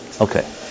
Okay